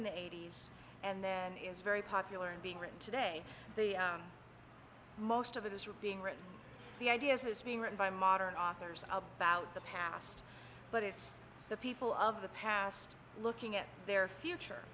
in the eighty's and then is very popular and being written today the most of it is really being written the ideas being written by modern authors about the past but it's the people of the past looking at their future